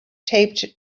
taped